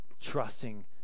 Trusting